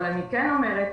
אבל אני כן אומרת,